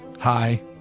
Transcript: hi